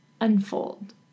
unfold